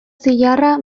zilarra